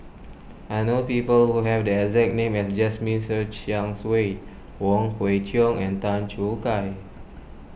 I know people who have the exact name as Jasmine Ser Xiang Wei Wong Kwei Cheong and Tan Choo Kai